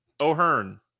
o'hearn